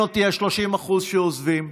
מעניינים אותי ה-30% שעוזבים.